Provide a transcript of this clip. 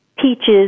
Peaches